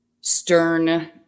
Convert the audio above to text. stern